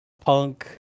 punk